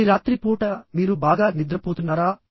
మరి రాత్రిపూట మీరు బాగా నిద్రపోతున్నారా